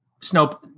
snow